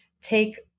take